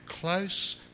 close